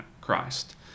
Christ